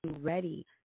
ready